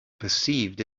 perceived